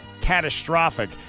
catastrophic